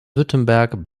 württemberg